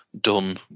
done